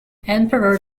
emperor